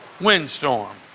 windstorm